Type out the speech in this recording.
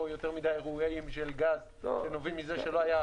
או יותר מדי אירועים של גז שנובעים מזה שלא היה --- יכול